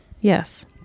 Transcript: yes